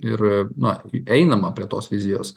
ir na einama prie tos vizijos